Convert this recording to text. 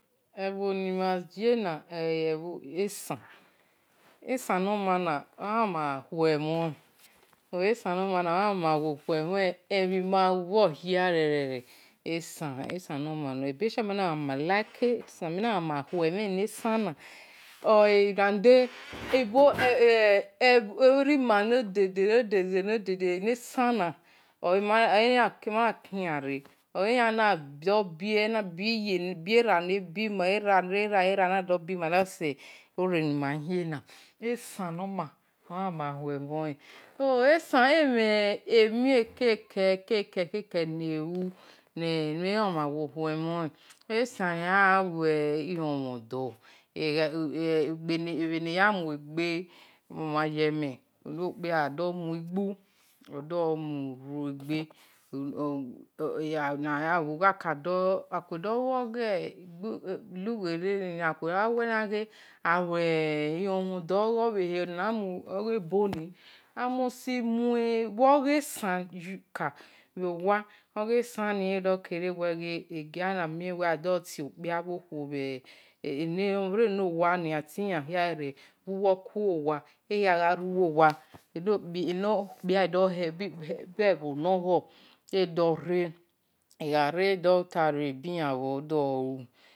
Ebhoni ma ye na olei eran, ene esan no mama mama huemhor len esan, esan no manor ebezeni me na hue-mhe-esan ole erima ne-de-de nade-de ne-de-de eni esana mana do-kiyan re oyan na bie era, era, ede de mano dokiyanre esanoma mama heemhonhe esan gha yan lue lomhon do bhe ne ya muegbe emama yeme eni kpia kado mui igbu yo ogha we ayan lui lomhon do a musti luo gbe esan adotio kpia bho khuo buwe kui uwo wa ehia gha ru-uwaho eno-kpia bhe-bho ni-gho edore edo-tare abi ya ndolu.